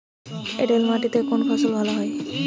এঁটেল মাটিতে কোন ফসল ভালো হয়?